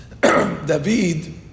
David